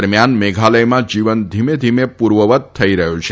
દરમિયાન મેઘાલયમાં જીવન ધીમે ધીમે પૂર્વવત થઈ રહ્યું છે